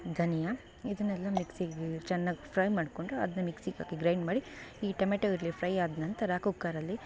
ಧನಿಯಾ ಇದನ್ನೆಲ್ಲ ಮಿಕ್ಸಿಗೆ ಚೆನ್ನಾಗಿ ಫ್ರೈ ಮಾಡಿಕೊಂಡು ಅದನ್ನ ಮಿಕ್ಸಿಗಾಕಿ ಗ್ರೈಂಡ್ ಮಾಡಿ ಈ ಟೊಮೆಟೋ ಇಲ್ಲಿ ಫ್ರೈ ಆದ ನಂತರ ಕುಕ್ಕರಲ್ಲಿ